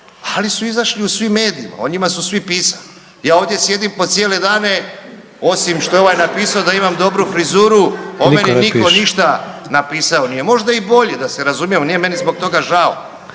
ali su izašli u svim medijima, o njima su svi pisali. Ja ovdje sjedim po cijele dane osim što je ovaj napisao da imam dobru frizuru …/Upadica: Niko ne piše/…o meni niko ništa napisao nije. Možda i bolje da se razumijemo nije meni zbog toga žao,